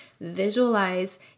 visualize